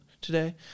today